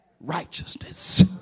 Righteousness